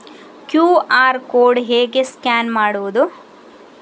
QR code ಹೇಗೆ scan ಮಾಡುವುದು?